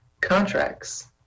contracts